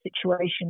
situation